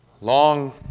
long